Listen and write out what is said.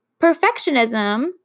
Perfectionism